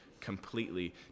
completely